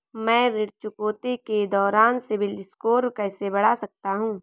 मैं ऋण चुकौती के दौरान सिबिल स्कोर कैसे बढ़ा सकता हूं?